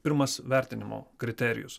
pirmas vertinimo kriterijus